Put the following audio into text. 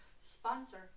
Sponsor